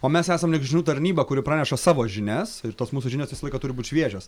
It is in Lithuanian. o mes esam lyg žinių tarnyba kuri praneša savo žinias ir tos mūsų žinios visą laiką turi būt šviežios